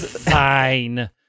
fine